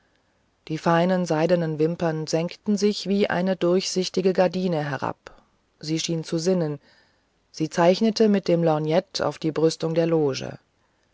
die feinen seidenen wimpern senkten sich wie eine durchsichtige gardine herab sie schien zu sinnen sie zeichnete mit der lorgnette auf die brüstung der loge